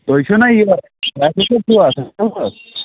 تُہۍ چھُو نا یہِ